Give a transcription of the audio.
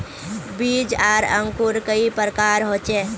बीज आर अंकूर कई प्रकार होचे?